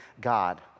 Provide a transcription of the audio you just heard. God